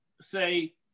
say